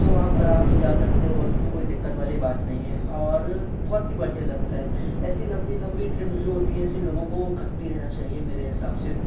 तो आप आराम से जा सकते हो और उसमें कोई दिक्कत वाली बात नहीं है और बहुत ही बढ़िया लगता है ऐसी लम्बी लम्बी ट्रिप जो होती है ऐसी लोगों को करते रहना चाहिए मेरे हिसाब से